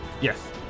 Yes